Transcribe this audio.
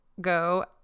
go